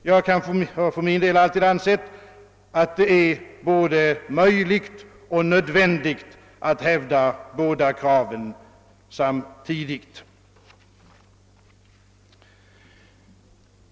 Jag har för min del alltid ansett att det är både möjligt och nödvändigt att hävda båda kraven samtidigt.